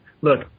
Look